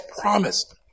promised